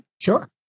Sure